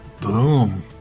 Boom